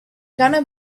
gonna